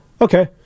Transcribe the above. Okay